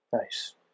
Nice